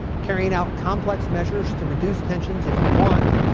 carrying out complex measures to reduce tensions if you want.